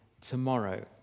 tomorrow